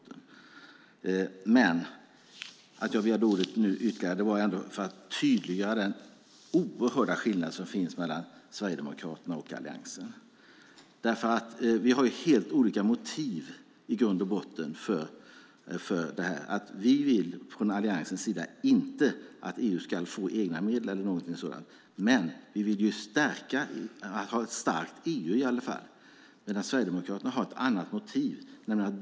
Att jag nu ytterligare begärde ordet var för att tydliggöra den oerhörda skillnad som finns mellan Sverigedemokraterna och Alliansen. Vi har helt olika motiv för detta. Vi vill från Alliansens sida inte att EU ska få egna medel eller någonting sådant. Men vi vill i varje fall ha ett starkt EU. Sverigedemokraterna har ett annat motiv.